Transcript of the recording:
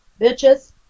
Bitches